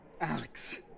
Alex